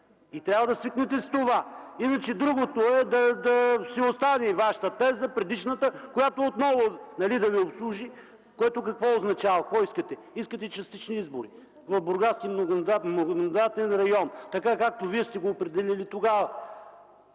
Трябва да свикнете с това! Другото е да си остане вашата предишна теза, която отново да ви обслужи. Което какво означава, какво искате? Искате частични избори в Бургаски многомандатен район така, както вие сте го определили тогава.